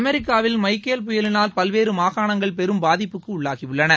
அமெிக்காவில் Michael புயரினால் பல்வேறு மாகாணங்கள் பெரும் பாதிப்புக்கு உள்ளாகியுள்ளன